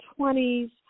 20s